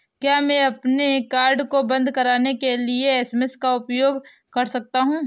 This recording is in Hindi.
क्या मैं अपने कार्ड को बंद कराने के लिए एस.एम.एस का उपयोग कर सकता हूँ?